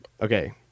Okay